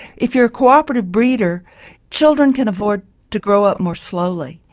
if you're a cooperative breeder children can afford to grow up more slowly.